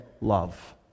love